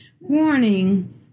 warning